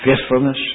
faithfulness